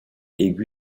aigu